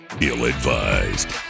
ill-advised